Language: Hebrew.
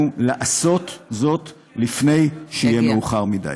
עלינו לעשות זאת לפני שיהיה מאוחר מדי.